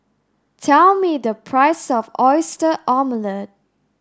tell me the price of oyster omelette